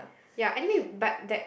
ya anyway but that